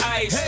ice